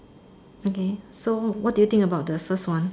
okay so what do you think about the first one